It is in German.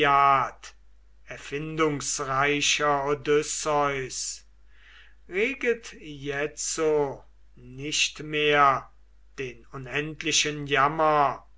erfindungsreicher odysseus reget jetzo nicht mehr den unendlichen jammer